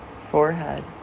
forehead